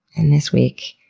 and this week,